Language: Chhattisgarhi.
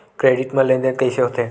क्रेडिट मा लेन देन कइसे होथे?